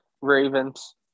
Ravens